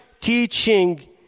teaching